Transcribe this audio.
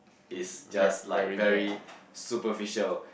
is just like very superficial